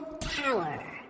Tower